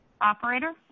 Operator